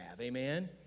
Amen